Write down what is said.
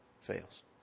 fails